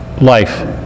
life